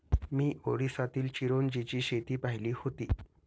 मी ओरिसातील चिरोंजीची शेती पाहिली होती